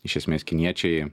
iš esmės kiniečiai